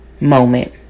moment